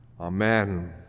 Amen